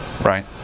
Right